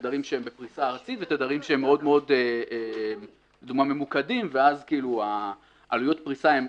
תדרים שהם בפריסה ארצית ותדרים שהם מאוד ממוקדים ואז עלויות הפריסה הן